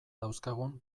dauzkagun